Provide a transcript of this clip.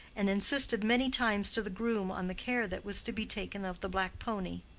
and insisted many times to the groom on the care that was to be taken of the black pony.